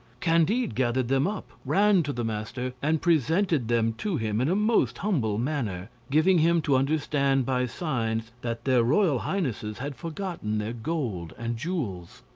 candide gathered them up, ran to the master, and presented them to him in a most humble manner, giving him to understand by signs that their royal highnesses had forgotten their gold and jewels.